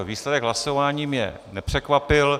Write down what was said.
Výsledek hlasování mě nepřekvapil.